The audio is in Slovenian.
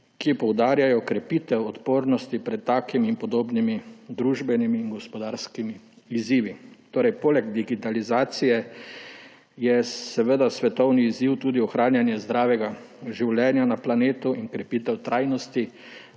ki poudarjajo krepitev odpornosti pred takimi in podobnimi družbenimi in gospodarskimi izzivi. Poleg digitalizacije je svetovni izziv tudi ohranjanje zdravega življenja na planetu in krepitev trajnosti